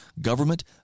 government